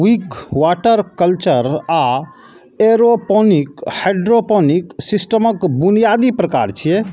Wick, water culture आ aeroponic hydroponic सिस्टमक बुनियादी प्रकार छियै